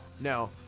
no